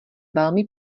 velmi